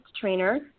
trainer